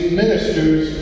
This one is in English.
ministers